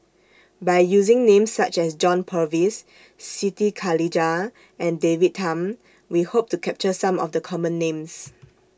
By using Names such as John Purvis Siti Khalijah and David Tham We Hope to capture Some of The Common Names